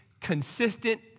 consistent